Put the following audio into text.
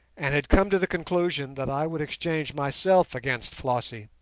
and had come to the conclusion that i would exchange myself against flossie.